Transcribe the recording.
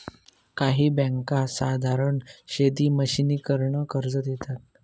काही बँका साधारण शेती मशिनीकरन कर्ज देतात